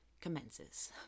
commences